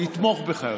לתמוך בך,